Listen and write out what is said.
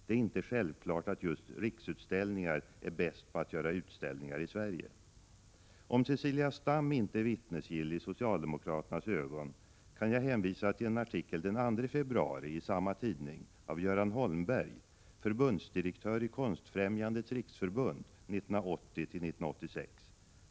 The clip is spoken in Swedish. Det är inte självklart att just Riksutställningar är bäst på att göra utställningar i Sverige.” Om Cecilia Stam inte är vittnesgill i socialdemokraternas ögan kan jag hänvisa till en artikel den 2 februari i samma tidning av Göran Holmberg, förbundsdirektör i Konstfrämjandets riksförbund 1980-1986.